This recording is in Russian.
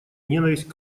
ненависть